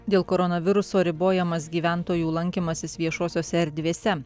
dėl koronaviruso ribojamas gyventojų lankymasis viešosiose erdvėse